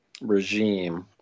regime